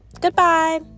goodbye